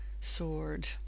sword